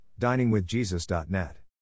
diningwithjesus.net